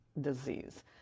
disease